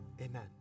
Amen